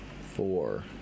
Four